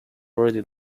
already